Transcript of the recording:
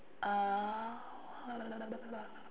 uh